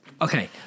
Okay